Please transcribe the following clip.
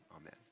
amen